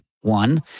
One